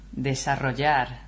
Desarrollar